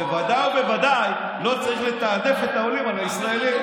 בוודאי ובוודאי לא צריך לתעדף את העולים על הישראלים.